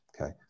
Okay